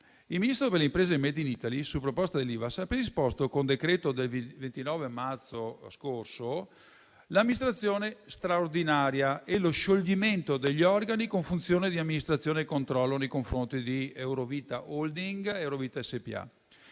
il Ministro per le imprese e il *made in Italy*, su proposta dell'Ivass, ha predisposto, con decreto del 29 marzo scorso, l'amministrazione straordinaria e lo scioglimento degli organi con funzione di amministrazione e controllo nei confronti di Eurovita holding ed Eurovita SpA,